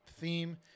theme